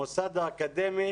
המוסד האקדמי,